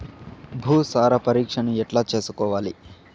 భూసార పరీక్షను ఎట్లా చేసుకోవాలి?